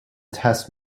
test